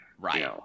right